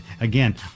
again